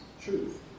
truth